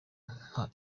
nka